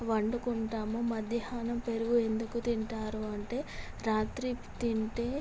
వండుకుంటాము మధ్యాహ్నం పెరుగు ఎందుకు తింటారు అంటే రాత్రి తింటే